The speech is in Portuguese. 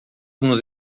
nos